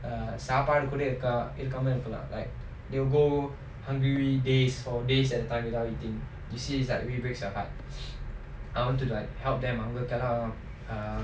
a supper you couldn't you it's common for lah like they will go hungry days four days and time without eating you see it's like we breaks your heart I want to like help them I'm look at err